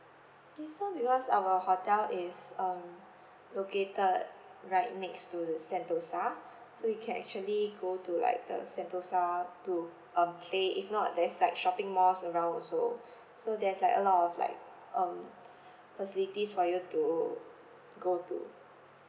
K so because our hotel is um located right next to the sentosa so you can actually go to like the sentosa to uh play if not there's like shopping malls around also so there's like a lot of like um facilities for you to go to